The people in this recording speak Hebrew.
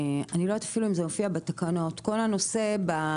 ואני לא יודעת אפילו אם זה מופיע בתקנות כל הנושא במוניציפלי,